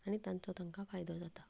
आनी तांचो तांकां फायदो जाता